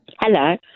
Hello